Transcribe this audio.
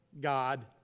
God